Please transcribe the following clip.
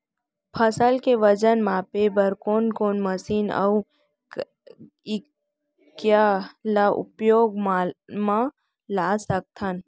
फसल के वजन मापे बर कोन कोन मशीन अऊ इकाइयां ला उपयोग मा ला सकथन?